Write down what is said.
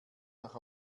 nach